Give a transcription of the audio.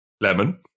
Lemon